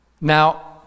Now